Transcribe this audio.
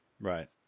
Right